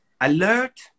alert